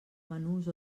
menús